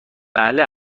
بله